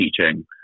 teaching